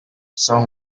son